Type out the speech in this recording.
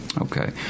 Okay